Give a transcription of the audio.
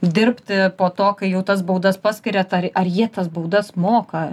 dirbti po to kai jau tas baudas paskiria tar ar jie tas baudas moka